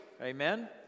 Amen